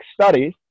Studies